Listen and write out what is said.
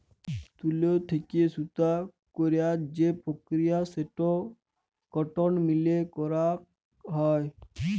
তুলো থেক্যে সুতো কইরার যে প্রক্রিয়া সেটো কটন মিলে করাক হয়